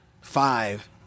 five